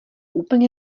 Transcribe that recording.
úplně